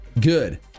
Good